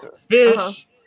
Fish